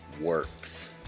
works